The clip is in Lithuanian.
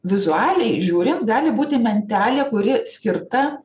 vizualiai žiūrint gali būti mentelė kuri skirta